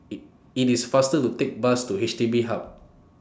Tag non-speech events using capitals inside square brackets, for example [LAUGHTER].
[UNINTELLIGIBLE] IT IS faster to Take Bus to H D B Hub